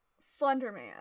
Slenderman